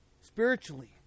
Spiritually